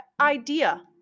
idea